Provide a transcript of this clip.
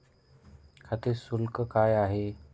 खाते शुल्क काय आहे?